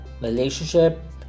relationship